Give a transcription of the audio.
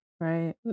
Right